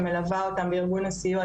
שמלווה אותם בארגון הסיוע,